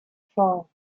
four